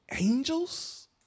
angels